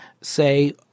say